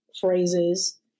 phrases